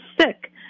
sick